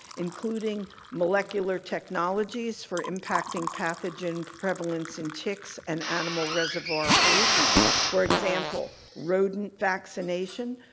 including molecular technologies for impacting pathogen prevalence in ticks and animal reservoir hosts for example, rodent vaccination,